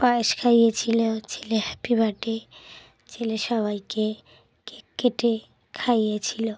পায়েস খাইয়েছিলো ছেলে happy birthday ছেলে সবাইকে কেক কেটে খাইয়েছিলো